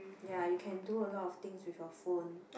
ya you can do a lot of things with your phone